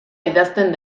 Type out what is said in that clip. idazten